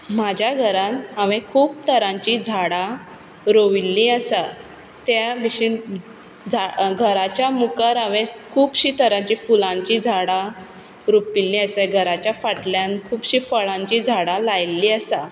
म्हाज्या घरांत हांवे खूब तरांचीं झाडां रोविल्लीं आसा त्या भाशेन घराच्या मुखार हांवें खुबशी तरांचीं फुलांचीं झाडां रोंपिल्लीं आसा घराच्या फाटल्यान खुबशीं फळांचीं झाडां लायिल्लीं आसा